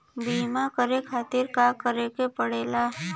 बीमा करे खातिर का करे के पड़ेला?